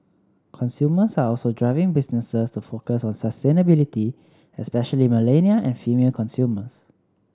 consumers are also driving businesses to focus on sustainability especially millennial and female consumers